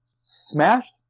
Smashed